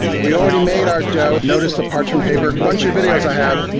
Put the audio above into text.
we already made our dough, notice the parchment paper. bunch of videos i have,